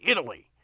Italy